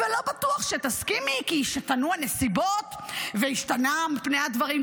ולא בטוח שתסכימי כי השתנו הנסיבות והשתנו פני הדברים.